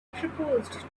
proposed